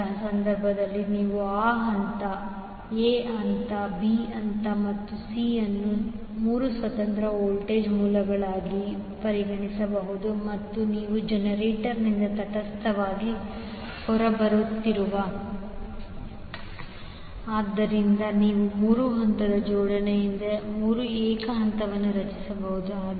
ಅಂತಹ ಸಂದರ್ಭದಲ್ಲಿ ನೀವು ಆ ಹಂತ A ಹಂತ B ಹಂತ ಮತ್ತು C ಅನ್ನು 3 ಸ್ವತಂತ್ರ ವೋಲ್ಟೇಜ್ ಮೂಲಗಳಾಗಿ ಪರಿಗಣಿಸಬಹುದು ಮತ್ತು ನೀವು ಜನರೇಟರ್ನಿಂದ ತಟಸ್ಥವಾಗಿ ಹೊರಬರುತ್ತಿದ್ದರೆ ಆದ್ದರಿಂದ ನೀವು 3 ಹಂತದ ಜೋಡಣೆಯಿಂದ 3 ಏಕ ಹಂತವನ್ನು ರಚಿಸಬಹುದು